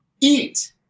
eat